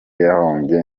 yahombye